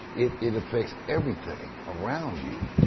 it it affects everything around you.